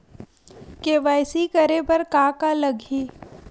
KYC करे बर का का लगही?